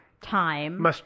time